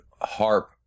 harp